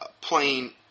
playing